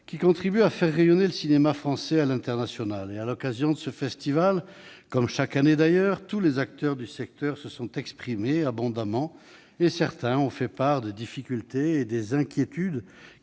qui contribue à faire rayonner le cinéma français à l'international. À cette occasion, comme chaque année, tous les acteurs du secteur se sont exprimés abondamment. Certains ont fait part de difficultés et d'inquiétudes